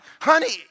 Honey